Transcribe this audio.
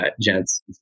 gents